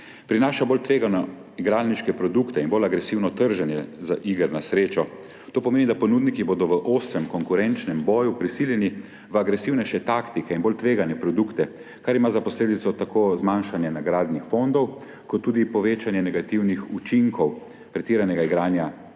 prinaša bolj tvegane igralniške produkte in bolj agresivno trženje iger na srečo. To pomeni, da bodo ponudniki v ostrem konkurenčnem boju prisiljeni v agresivnejše taktike in bolj tvegane produkte, kar ima za posledico tako zmanjšanje nagradnih fondov kot tudi povečanje negativnih učinkov pretiranega igranja iger